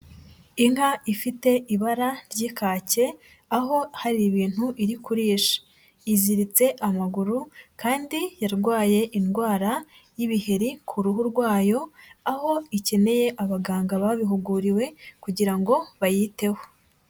Inka ifite ibara ry'ikake aho hari ibintu iri kurisha, iziritse amaguru kandi yarwaye indwara y'ibiheri ku ruhu rwayo, aho ikeneye abaganga babihuguriwe kugira ngo bayiteho.